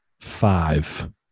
five